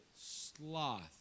sloth